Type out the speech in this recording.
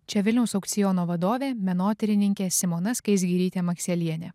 čia vilniaus aukciono vadovė menotyrininkė simona skaisgirytė makselienė